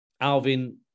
Alvin